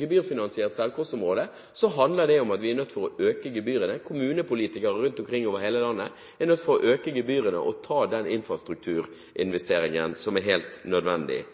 gebyrfinansiert selvkostområde, handler det om at vi er nødt til å øke gebyrene. Kommunepolitikere rundt omkring i hele landet er nødt til å øke gebyrene og ta den infrastrukturinvesteringen som er helt nødvendig.